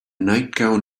nightgown